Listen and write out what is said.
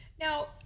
Now